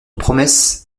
promesse